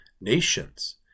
nations